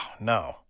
no